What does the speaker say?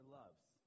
loves